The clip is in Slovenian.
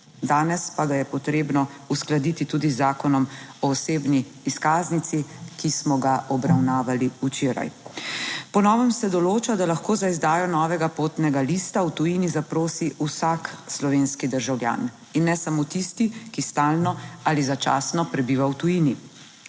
danes pa ga je potrebno uskladiti tudi z Zakonom o osebni izkaznici, ki smo ga obravnavali včeraj. Po novem se določa, da lahko za izdajo novega potnega lista v tujini zaprosi vsak slovenski državljan in ne samo tisti, ki stalno ali začasno prebiva v tujini.